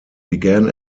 began